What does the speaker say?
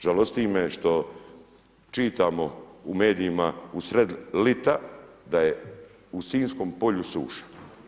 Žalosti me što čitamo u medijima u sred ljeta da je u sinjskom polju suša.